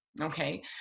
okay